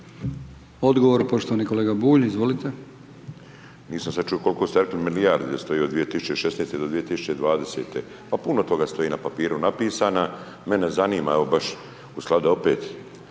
Odgovor poštovani kolega Bulj. **Bulj, Miro (MOST)** Nisam sad čuo koliko ste rekli milijardi da stoji od 2016.-2020., pa puno toga stoji na papiru napisana, mene zanima evo baš